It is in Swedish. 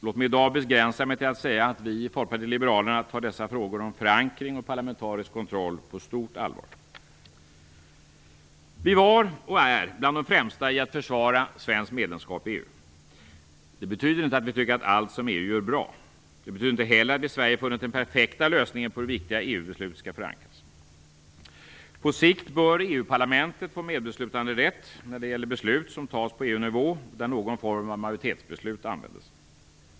Låt mig i dag begränsa mig till att säga att vi i Folkpartiet liberalerna tar dessa frågor om förankring och parlamentarisk kontroll på stort allvar. Vi var och är bland de främsta i att försvara svenskt medlemskap i EU. Det betyder inte att vi tycker att allt som EU gör är bra. Det betyder inte heller att vi i Sverige funnit den perfekta lösningen på hur viktiga EU-beslut skall förankras. På sikt bör EU-parlamentet få medbeslutanderätt när det gäller beslut som fattas på EU-nivå och där någon form av majoritetsbeslut används.